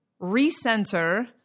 recenter